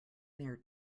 their